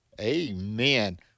Amen